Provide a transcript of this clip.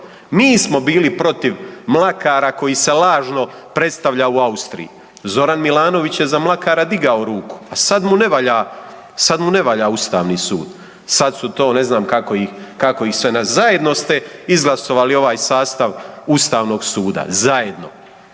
Mi smo bili protiv Mlakara koji se lažno predstavljao u Austriji. Zoran Milanović je za Mlakara digao ruku, a sad mu ne valja, sad mu ne valja ustavni sud, sad su to ne znam kako ih, kako ih sve, zajedno ste izglasovali ovaj sastav ustavnog suda, zajedno.